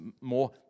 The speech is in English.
more